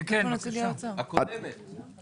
אין להם הסכם עם שום רשות.